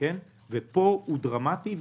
ופה הוא דרמטי.